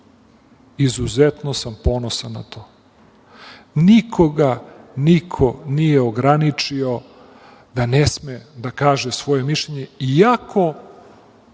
Izuzetno sam ponosan na to. Nikoga niko nije ograničio da ne sme da kaže svoje mišljenje, iako